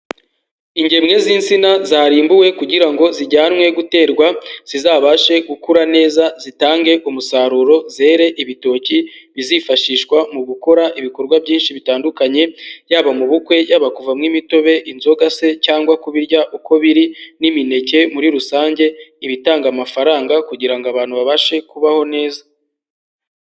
Ingemwe z'insina zarimbuwe kugira ngo zijyanwe guterwa, zizabashe gukura neza, zitange ku musaruro, zere ibitoki bizifashishwa mu gukora ibikorwa byinshi bitandukanye, yaba mu bukwe, yaba kuvamo imitobe, inzoga se cyangwa kubirya uko biri n'imineke muri rusange, ibitanga amafaranga kugira ngo abantu babashe kubaho neza.